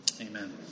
Amen